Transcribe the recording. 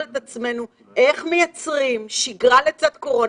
את עצמנו איך מייצרים שגרה לצד קורונה.